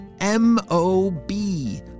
M-O-B